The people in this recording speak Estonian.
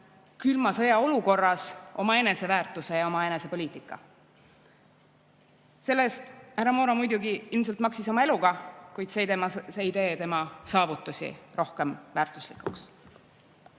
külma sõja olukorras omaenese väärtuse ja omaenese poliitika. Selle eest härra Moro muidugi ilmselt maksis oma eluga, kuid see ei tee tema saavutusi [vähem] väärtuslikuks. Miks